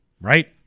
right